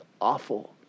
awful